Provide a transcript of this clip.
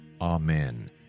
Amen